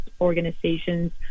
organizations